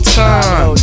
time